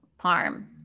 parm